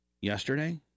yesterday